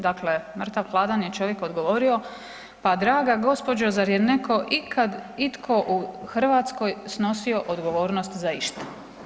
Dakle, mrtav hladan je čovjek odgovorio, pa draga gospođo zar je neko ikad itko u Hrvatskoj snosio odgovornost za išta?